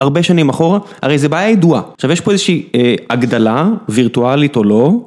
הרבה שנים אחורה, הרי זו בעיה הידועה, עכשיו יש פה איזושהי הגדלה וירטואלית או לא